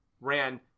ran